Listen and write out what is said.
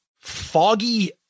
foggy